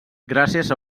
gràcies